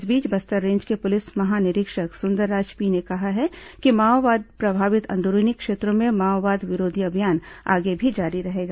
इस बीच बस्तर रेंज के पुलिस महानिरीक्षक सुंदरराज पी ने कहा है कि माओवाद प्रभावित अंदरूनी क्षेत्रों में माओवाद विरोधी अभियान आगे भी जारी रहेगा